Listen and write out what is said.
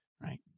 right